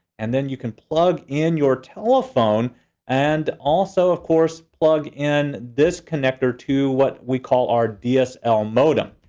and then you can plug in your telephone and also, of course, plug in this connector to what we call our dsl modem.